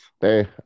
Hey